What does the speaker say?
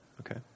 Okay